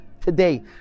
today